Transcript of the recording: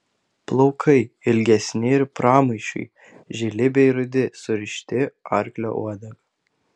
plaukai ilgesni ir pramaišiui žili bei rudi surišti arklio uodega